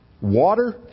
water